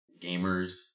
gamers